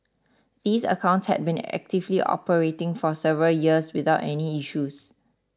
these accounts had been actively operating for several years without any issues